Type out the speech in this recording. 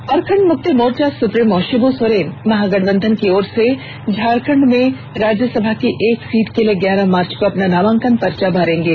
Jharkhand Mukti Morcha supremo Shibu Soren Mahagathbandhan की ओर से झारखण्ड में राज्यसभा की एक सीट के लिए ग्यारह मार्च को अपना नामांकन पर्चा भरेंगे